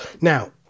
Now